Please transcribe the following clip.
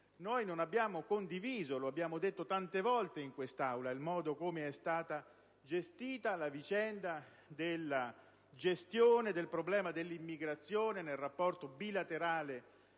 noi non abbiamo condiviso, lo abbiamo detto tante volte in quest'Aula, il modo con cui è stato gestito il problema dell'immigrazione nel rapporto bilaterale